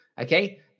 okay